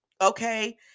Okay